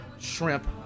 shrimp